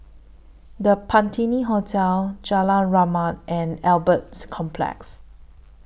The Patina Hotel Jalan Rahmat and Albert Complex